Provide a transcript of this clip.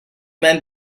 man